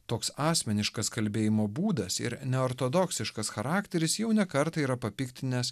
toks asmeniškas kalbėjimo būdas ir neortodoksiškas charakteris jau ne kartą yra papiktinęs